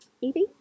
Evie